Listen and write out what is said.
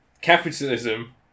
capitalism